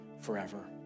forever